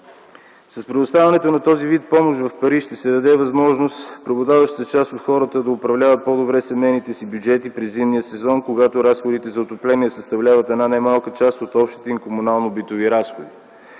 С предоставянето на този вид помощ в пари ще се даде възможност на преобладаващата част от хората да управляват по-добре семейните си бюджети през зимния сезон, когато разходите за отопление съставляват една немалка част от общите им комунално-битови разходи.